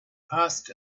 passed